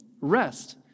rest